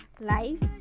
life